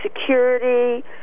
Security